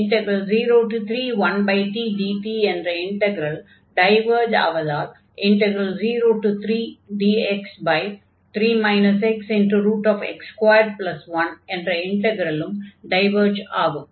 031tdt என்ற integral diverge ஆவதால் 03dx3 xx21 என்ற இன்டக்ரலும் டைவர்ஜ் ஆகும்